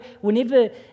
whenever